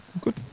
good